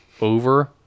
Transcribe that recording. over